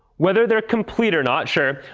whether they're complete or not. sure.